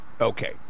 Okay